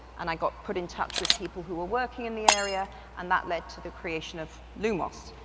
and i got put in touch with people who were working in the area and that led to the creation of lumos.